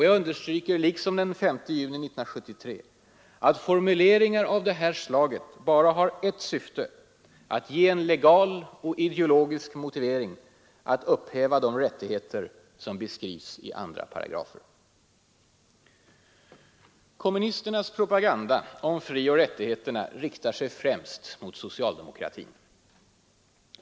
Jag understryker, liksom den 5 juni 1973, att formuleringar av det här slaget bara har ett syfte: att ge en legal och ideologisk motivering att upphäva de rättigheter som beskrivs i andra paragrafer. Kommunisternas propaganda om frioch rättigheterna riktar sig främst mot socialdemokratin.